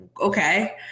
okay